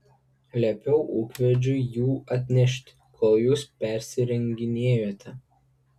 liepiau ūkvedžiui jų atnešti kol jūs persirenginėjote